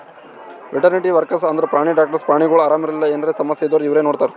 veterinary workers ಅಂದ್ರ ಪ್ರಾಣಿ doctors ಪ್ರಾಣಿಗೊಳಿಗ್ ಆರಾಮ್ ಇರ್ಲಿಲ್ಲ ಎನರೆ ಸಮಸ್ಯ ಇದ್ದೂರ್ ಇವ್ರೇ ನೋಡ್ತಾರ್